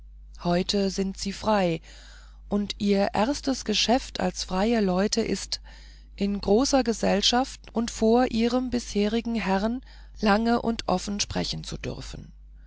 heute sind sie frei und ihr erstes geschäft als freie leute ist in großer gesellschaft und vor ihrem bisherigen herrn lange und offen sprechen zu dürfen